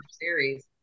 series